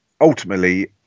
Ultimately